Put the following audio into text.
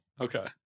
Okay